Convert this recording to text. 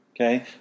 Okay